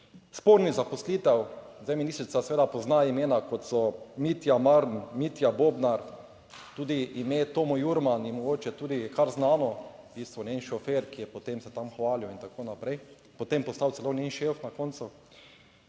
spornih zaposlitev, zdaj ministrica seveda pozna imena kot so Mitja Marn, Mitja Bobnar, tudi ime Tomo Jurman je mogoče tudi kar znano, v bistvu njen šofer, ki je potem se tam hvalil in tako naprej, potem postal celo njen šef na koncu,